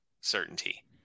certainty